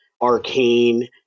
Arcane